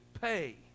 pay